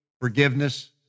forgiveness